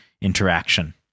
interaction